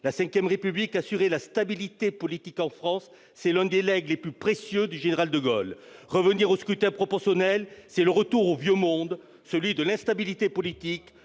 La V République a assuré la stabilité politique en France. C'est l'un des legs les plus précieux du général de Gaulle. Revenir au scrutin proportionnel, c'est le retour au vieux monde, celui de l'instabilité politique,